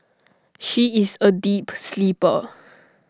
she is A deep sleeper